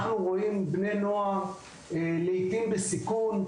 אנחנו רואים בני נוער, לעיתים בסיכון,